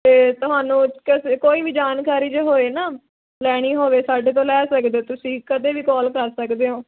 ਅਤੇ ਤੁਹਾਨੂੰ ਕ ਕੋਈ ਵੀ ਜਾਣਕਾਰੀ ਜੇ ਹੋਏ ਨਾ ਲੈਣੀ ਹੋਵੇ ਸਾਡੇ ਤੋਂ ਲੈ ਸਕਦੇ ਤੁਸੀਂ ਕਦੇ ਵੀ ਕੋਲ ਕਰ ਸਕਦੇ ਹੋ